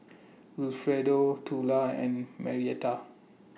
Wilfredo Tula and Marietta